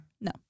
No